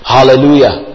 Hallelujah